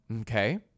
Okay